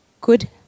good